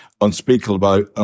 Unspeakable